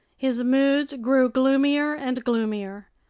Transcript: his moods grew gloomier and gloomier.